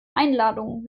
einladungen